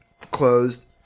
closed